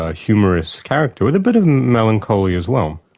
ah humorous character, with a bit of melancholy as well.